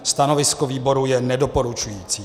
Stanovisko výboru je nedoporučující.